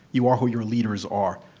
you are who your leaders are.